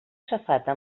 safata